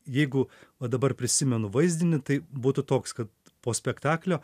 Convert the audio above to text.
jeigu va dabar prisimenu vaizdinį tai būtų toks kad po spektaklio